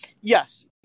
yes